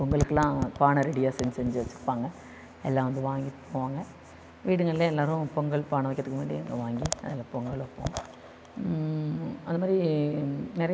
பொங்களுக்குலாம் பானை ரெடியாக செஞ்சு செஞ்சு வச்சிருப்பாங்க எல்லாம் வந்து வாங்கிட்டு போவாங்க வீடுங்களில் எல்லோரும் பொங்கல் பானை வைக்கிறத்துக்கு முன்னாடியே அதை வாங்கி அதில் பொங்கல் வைப்போம் அதுமாதிரி நிறையா